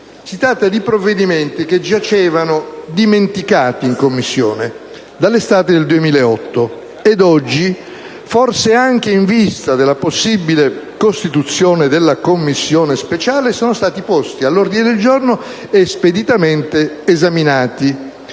Si tratta di provvedimenti che giacevano dimenticati in Commissione dall'estate 2008 ed oggi, forse anche in vista della possibile costituzione della Commissione speciale, sono stati posti all'ordine del giorno e speditamente esaminati.